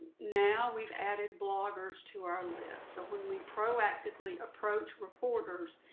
now we've added bloggers to our list. so when we proactively approach reporters,